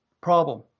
problem